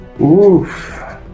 oof